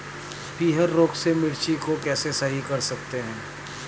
पीहर रोग से मिर्ची को कैसे सही कर सकते हैं?